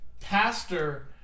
pastor